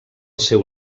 seu